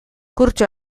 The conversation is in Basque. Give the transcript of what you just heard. kurtso